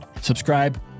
subscribe